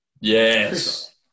Yes